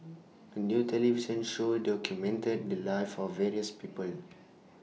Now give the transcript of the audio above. A New television Show documented The Lives of various People